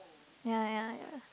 ya ya ya